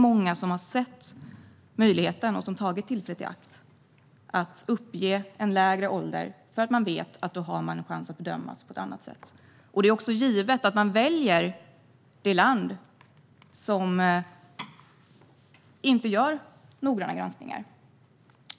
Många har sett möjligheten och tagit tillfället i akt att uppge en lägre ålder, eftersom de vet att de då har en chans ett bli bedömda på ett annat sätt. Det är också givet att man väljer det land som inte gör noggranna granskningar.